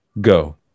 go